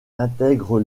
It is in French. intègrent